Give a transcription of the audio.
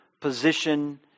position